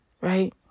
right